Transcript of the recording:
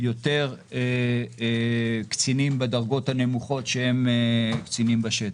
ויותר קצינים בדרגות הנמוכות שהם קצינים בשטח.